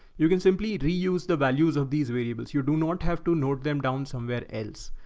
you can simply reuse the values of these variables. you do not have to note them down somewhere else.